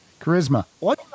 charisma